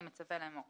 אני מצווה לאמור: